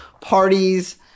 parties